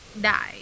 die